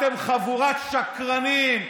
אתם חבורת שקרנים.